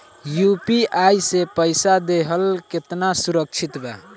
UPI से पईसा देहल केतना सुरक्षित बा?